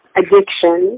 addiction